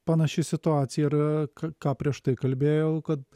panaši situacija ir ką ką prieš tai kalbėjau kad